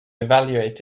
evaluate